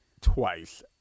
twice